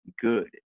good